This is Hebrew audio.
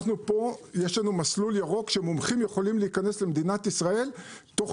יש לנו מסלול ירוק שמומחים יכולים להיכנס למדינת ישראל תוך